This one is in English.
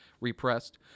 repressed